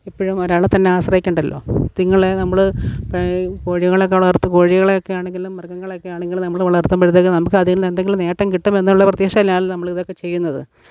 എപ്പോഴും ഒരാളെ തന്നെ ആശ്രയിക്കേണ്ടല്ലോ ഇതുങ്ങളെ നമ്മൾ കോഴികളെ ഒക്കെ വളർത്തുമ്പോൾ കോഴികളെ ഒക്കെ ആണെങ്കിലും മൃഗങ്ങളെ ഒക്കെ ആണെങ്കിലും നമ്മൾ വർത്തുമ്പോഴത്തേക്കിനും നമുക്ക് അതിൽ നിന്ന് എന്തെങ്കിലും നേട്ടം കിട്ടുമെന്നുള്ള പ്രതീക്ഷയിലാണല്ലോ നമ്മൾ ഇതൊക്കെ ചെയ്യുന്നത്